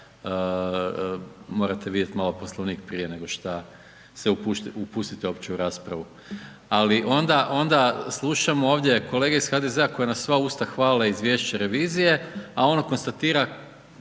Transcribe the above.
morate vidjeti malo Poslovnik prije nego šta se upustite uopće u raspravu, ali onda slušamo kolege iz HDZ-a koji na sva usta hvale izvješće revizije, a ono konstatira